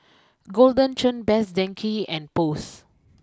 Golden Churn best Denki and post